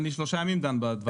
אני שלושה ימים דן בדברים האלה.